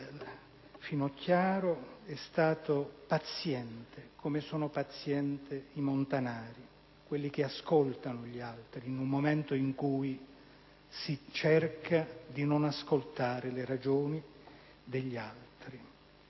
Finocchiaro, è stato paziente, come sono pazienti i montanari, quelli che ascoltano gli altri in un momento in cui si cerca di non ascoltare le ragioni degli altri.